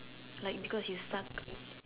like because you suck